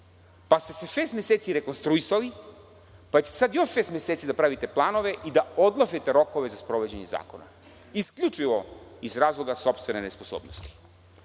pa ste se šest meseci rekonstruisali, pa ćete sada još šest meseci da pravite planove i da odložite rokove za sprovođenje zakona isključivo iz razloga sopstvene nesposobnosti. Sada,